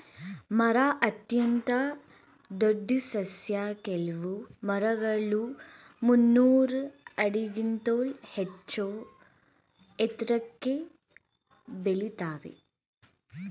ಮರ ಅತ್ಯಂತ ದೊಡ್ ಸಸ್ಯ ಕೆಲ್ವು ಮರಗಳು ಮುನ್ನೂರ್ ಆಡಿಗಿಂತ್ಲೂ ಹೆಚ್ಚೂ ಎತ್ರಕ್ಕೆ ಬೆಳಿತಾವೇ